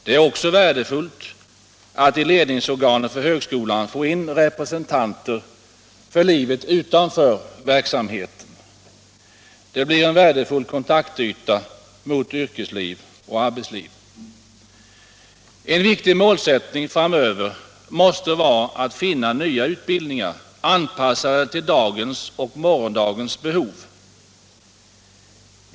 Det är också värdefullt att i-ledningsorganen för högskolan få in representanter för livet utanför verksamheten. Det blir en värdefull kontaktyta mot yrkesliv och arbetsliv. En viktig målsättning framöver måste vara att finna nya utbildningar, anpassade till dagens och morgondagens behov.